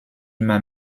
immer